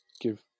give